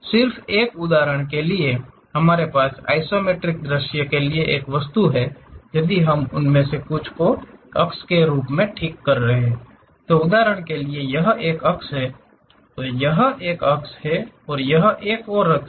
सिर्फ एक उदाहरण के लिए हमारे पास आइसोमेट्रिक दृश्य के लिए एक वस्तु है यदि हम उनमें से कुछ को अक्ष के रूप में ठीक कर रहे हैं तो उदाहरण के लिए यह एक अक्ष है तो यह एक और अक्ष है यह एक और अक्ष है